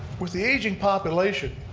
with the aging population,